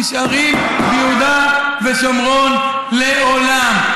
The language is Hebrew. נשארים ביהודה ושומרון לעולם.